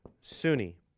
Sunni